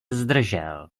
zdržel